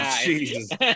Jesus